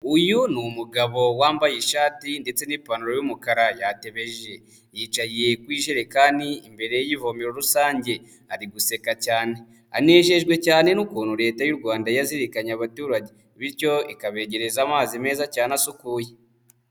Uyu ni umugabo wambaye ishati ndetse n'ipantaro y'umukara yatebeje, yicaye ku ijerekani imbere y'ivomero rusange, ari guseka cyane, anejejwe cyane n'ukuntu Leta y'u Rwanda yazirikanye abaturage, bityo ikabegereza amazi meza cyane asukuye.